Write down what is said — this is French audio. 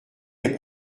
les